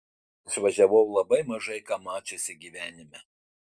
išvažiavau labai mažai ką mačiusi gyvenime